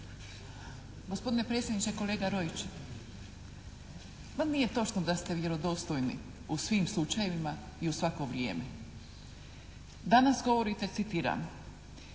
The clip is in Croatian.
Gospodine predsjedniče, kolega Roić, pa nije točno da ste vjerodostojni u svim slučajevima i u svako vrijeme. Danas govorite, citiram,